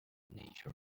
nature